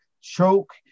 choke